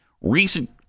Recent